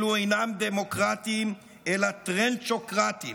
אלו אינם דמוקרטים אלא טרנצ'וקרטים,